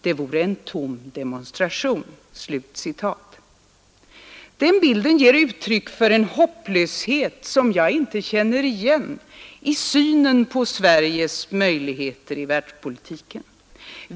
Det vore en tom demonstration.” Den bilden ger uttryck för en hopplöshet, som jag inte känner igen i synen på Sveriges möjligheter i världspolitiken.